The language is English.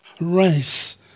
race